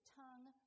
tongue